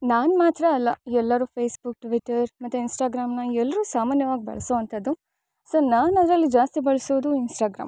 ನಾನು ಮಾತ್ರ ಅಲ್ಲ ಎಲ್ಲರು ಫೇಸ್ಬುಕ್ ಟ್ವಿಟರ್ ಮತ್ತು ಇನ್ಸ್ಟಾಗ್ರಾಮ್ನ ಎಲ್ಲರು ಸಾಮಾನ್ಯವಾಗಿ ಬಳಸೋಅಂಥದ್ದು ಸೊ ನಾನು ಅದರಲ್ಲಿ ಜಾಸ್ತಿ ಬಳಸೋದು ಇನ್ಸ್ಟಾಗ್ರಾಮ್